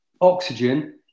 oxygen